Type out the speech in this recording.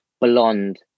blonde